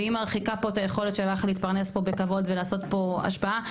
והיא מרחיקה פה את היכולת שלך להתפרנס פה בכבוד ולעשות פה השפעה.